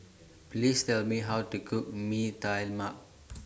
Please Tell Me How to Cook Mee Tai Mak